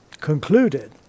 concluded